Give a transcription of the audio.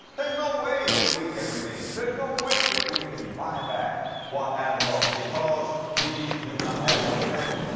there's no way that we can redeem, there's no way that we can buy back what adam lost because we do not have what it takes.